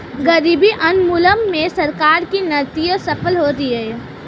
गरीबी उन्मूलन में सरकार की नीतियां सफल हो रही हैं